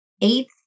eighth